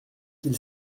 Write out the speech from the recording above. qu’il